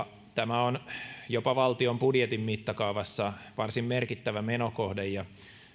tämä on jopa valtion budjetin mittakaavassa varsin merkittävä menokohde ja